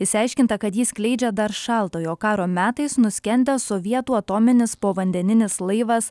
išsiaiškinta kad jį skleidžia dar šaltojo karo metais nuskendęs sovietų atominis povandeninis laivas